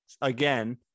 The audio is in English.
again